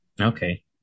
Okay